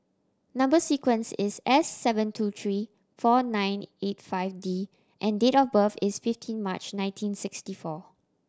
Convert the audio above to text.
number sequence is S seven two three four nine eight five D and date of birth is fifteen March nineteen sixty four